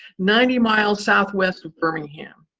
ninety miles southwest of birmingham.